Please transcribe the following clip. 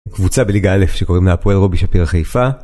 קבוצה בליגה אלף שקוראים לה הפועל רובי שפירא חיפה.